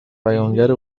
بیانگر